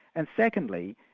and secondly,